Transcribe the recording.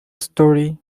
story